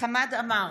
חמד עמאר,